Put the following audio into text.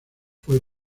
fue